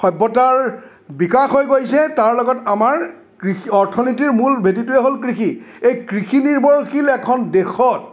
সভ্যতাৰ বিকাশ হৈ গৈছে তাৰ লগত আমাৰ কৃষি অৰ্থনীতিৰ মূল ভেটিটোৱেই হ'ল কৃষি এই কৃষি নিৰ্ভৰশীল এখন দেশত